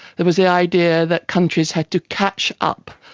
there was the idea that countries had to catch up,